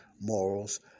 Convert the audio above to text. morals